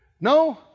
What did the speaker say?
No